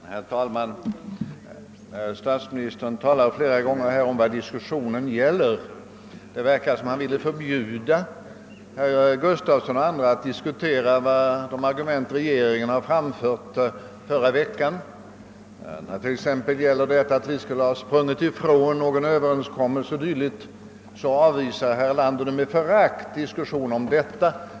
Herr talman! Statsministern talade flera gånger om vad diskussionen gäller. Det verkar som om han vill förbjuda herr Gustafsson i Skellefteå och andra ledamöter att diskutera de argument, som regeringen framförde förra veckan, t.ex. att vi skulle ha sprungit ifrån något slags överenskommelse. Herr Erlander avvisar med förakt en diskussion om detta.